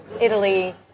Italy